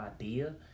idea